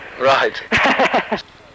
Right